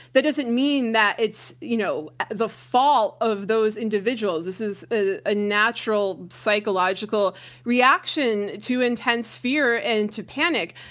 that doesn't mean that it's you know the fault of those individuals. this is a natural psychological reaction to intense fear and to panic,